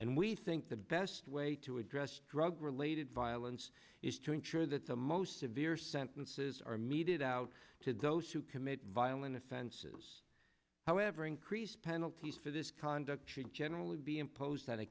and we think the best way to address drug related violence is to ensure that the most severe sentences are meted out to those who commit violent offenses however increase penalties for this conduct should generally be imposed on a